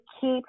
keep